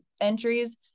entries